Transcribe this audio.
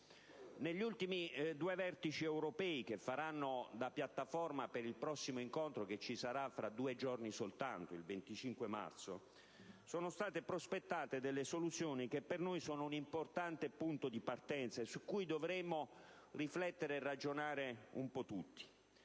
Negli ultimi due vertici europei, che faranno da piattaforma per il prossimo incontro che si terrà il 25 marzo, sono state prospettate soluzioni che per noi costituiscono un importante punto di partenza, su cui dovremo riflettere e ragionare un po' tutti.